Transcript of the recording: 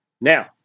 Now